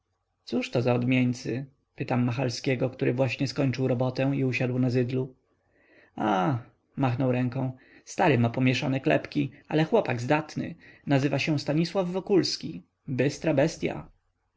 cóżto za odmieńcy pytam machalskiego który właśnie skończył robotę i usiadł na zydlu ach machnął ręką stary ma pomieszane klepki ale chłopak zdatny nazywa się stanisław wokulski bystra